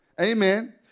Amen